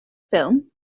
ffilm